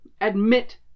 admit